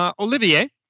Olivier